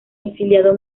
exiliado